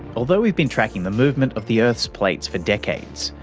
although we've been tracking the movement of the earth's plates for decades,